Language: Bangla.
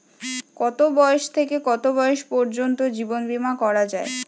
কতো বয়স থেকে কত বয়স পর্যন্ত জীবন বিমা করা যায়?